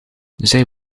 zij